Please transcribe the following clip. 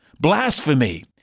blasphemy